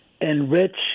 enrich